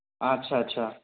ଆଚ୍ଛା ଆଚ୍ଛା